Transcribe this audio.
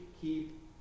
keep